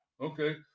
Okay